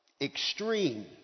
extreme